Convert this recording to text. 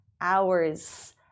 hours